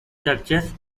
churches